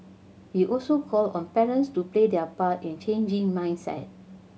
he also called on parents to play their part in changing mindset